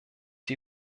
die